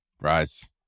Rise